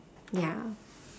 ya